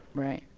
right.